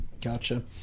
Gotcha